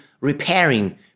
repairing